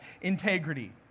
integrity